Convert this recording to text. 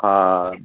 हा